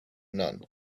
none